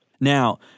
Now